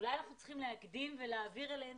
אולי אנחנו צריכים להקדים ולהעביר אליהם